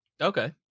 Okay